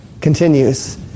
continues